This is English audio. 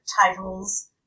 titles